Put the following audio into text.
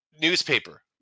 newspaper